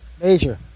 Major